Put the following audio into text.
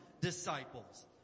disciples